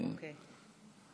כן,